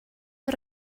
ond